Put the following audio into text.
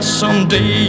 someday